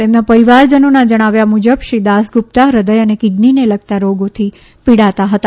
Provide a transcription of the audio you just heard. તેમના પરીવારજનોના જણાવ્યા મુજબ શ્રી દાસ ગુપ્તા હદય અને કિડનીને લગતા રોગોથી પીડાતા હતા